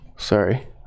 Sorry